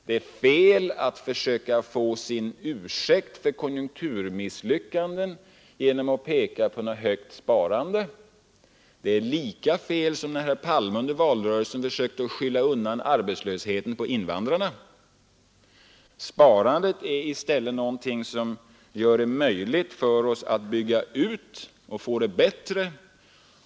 Det är fel att försöka få en ursäkt för konjunkturmisslyckanden genom att peka på ett högt sparande. Det är lika fel som när herr Palme under valrörelsen försökte skylla arbetslösheten på invandrarna. Sparandet är i stället något som gör det möjligt för oss att bygga ut produktionsapparaten och få det bättre.